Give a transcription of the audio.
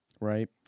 right